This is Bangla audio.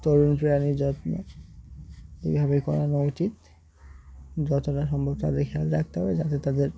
তরুণ প্রাণীর যত্ন এইভাবেই করানো উচিত যতটা সম্ভব তাদের খেয়াল রাখতে হবে যাতে তাদের